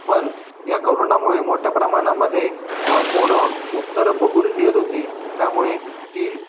पण या करोणामुळे मोठ्या प्रमाणामध्ये पोरं उत्तरं बघून लिहित होती त्यामुळे ती